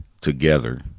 together